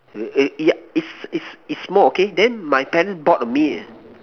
ya it's it's it's small okay then my parents bought me a